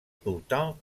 pourtant